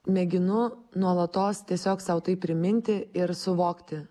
mėginu nuolatos tiesiog sau tai priminti ir suvokti